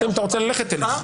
אם אתה רוצה ללכת, תלך.